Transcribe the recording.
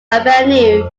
avenue